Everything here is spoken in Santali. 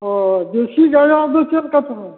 ᱚᱸᱻ ᱫᱮᱥᱤ ᱜᱟᱹᱭᱟᱜ ᱫᱚ ᱪᱮᱫ ᱞᱮᱠᱟ ᱛᱟᱦᱚᱞᱮ